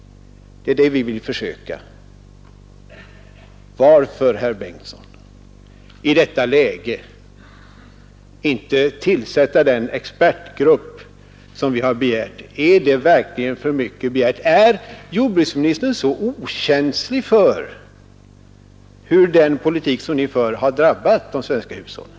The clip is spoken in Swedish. Det är det vi vill försöka göra. Varför, herr Bengtsson, i detta läge inte tillsätta den expertgrupp som vi har begärt? Är det verkligen för mycket begärt? Är jordbruksministern så okänslig för hur den politik som ni för har drabbat de svenska hushållen?